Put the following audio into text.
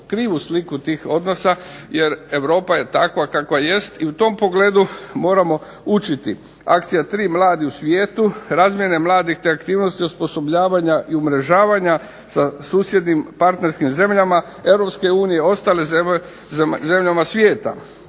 krivu sliku tih odnosa jer Europa je takva kakva jest i u tom pogledu moramo učiti. Akcija 3. Mladi u svijetu, razmjene mladih te aktivnosti osposobljavanja i umrežavanja sa susjednim partnerskim zemljama Europske unije, ostalim zemljama svijeta.